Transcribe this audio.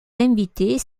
invités